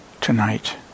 tonight